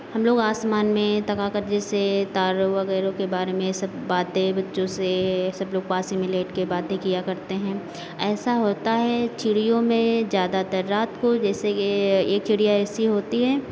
हम लोग आसमान में तकाकर जैसे तारा वगैरों के बारे में सब बातें बच्चों से सब लोग पास ही में लेट के बातें किया करते हैं ऐसा होता है चिड़ियों में ज़्यादातर रात को जैसे ये एक चिड़िया ऐसी होती हैं